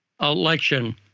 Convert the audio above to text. election